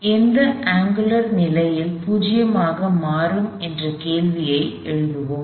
எனவே எந்த அங்குலர் நிலையில் 0 ஆக மாறும் என்ற கேள்வியை எழுதுவோம்